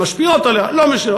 הן משפיעות עליה, לא משנות.